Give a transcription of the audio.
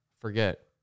forget